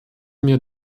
mir